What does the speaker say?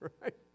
Right